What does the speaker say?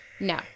No